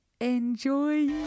Enjoy